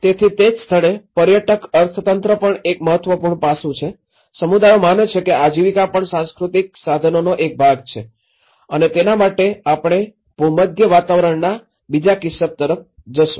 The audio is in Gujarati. તેથી તે જ સ્થળે પર્યટક અર્થતંત્ર પણ એક મહત્વપૂર્ણ પાસું છે સમુદાયો માને છે કે આજીવિકા પણ સાંસ્કૃતિક સાધનનો એક ભાગ છે અને તેના માટે આપણે ભૂમધ્ય વાતાવરણના બીજા કિસ્સા તરફ જશું